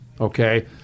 Okay